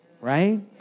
Right